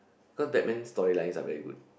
cause Batman storylines are very good